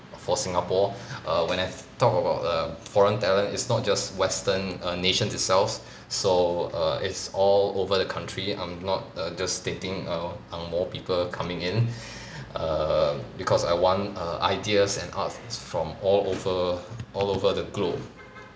for singapore err when I talk about err foreign talent is not just western err nations itselves so err it's all over the country I'm not err just stating err ang moh people coming in err because I want err ideas and arts from all over all over the globe